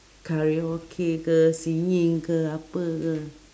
karaoke ke singing ke apa ke